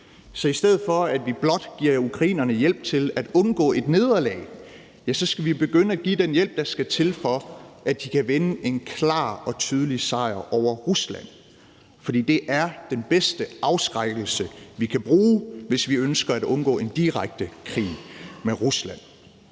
Så i stedet for at vi blot giver ukrainerne hjælp til at undgå et nederlag, skal vi begynde at give den hjælp, der skal til, for at de kan vinde en klar og tydelig sejr over Rusland. For det er den bedste afskrækkelse, vi kan bruge, hvis vi ønsker at undgå en direkte krig med Rusland.